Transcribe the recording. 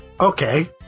Okay